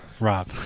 Rob